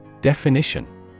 Definition